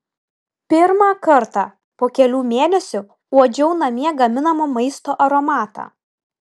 pirmą kartą po kelių mėnesių uodžiau namie gaminamo maisto aromatą